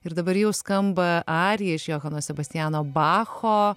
ir dabar jau skamba arija iš johano sebastiano bacho